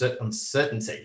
uncertainty